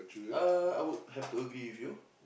uh I would have to agree with you